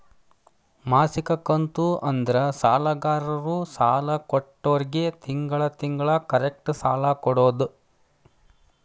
ಮಾಸಿಕ ಕಂತು ಅಂದ್ರ ಸಾಲಗಾರರು ಸಾಲ ಕೊಟ್ಟೋರ್ಗಿ ತಿಂಗಳ ತಿಂಗಳ ಕರೆಕ್ಟ್ ಸಾಲ ಕೊಡೋದ್